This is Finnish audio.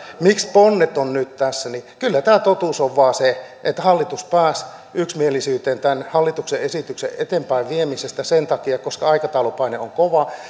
miksi ponnet ovat nyt tässä niin kyllä tämä totuus on vain se että hallitus pääsi yksimielisyyteen tämän hallituksen esityksen eteenpäinviemisestä sen takia koska aikataulupaine on kova ja